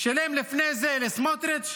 שילם לפני זה לסמוטריץ',